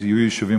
יהיו יישובים,